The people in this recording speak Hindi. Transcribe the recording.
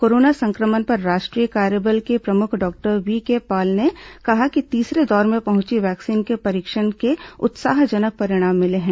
कोरोना संक्रमण पर राष्ट्रीय कार्यबल के प्रमुख डॉक्टर वीके पॉल ने कहा कि तीसरे दौर में पहुंची वैक्सीन के परीक्षण के उत्साहजनक परिणाम मिले हैं